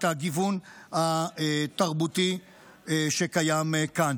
את הגיוון תרבותי שקיים כאן.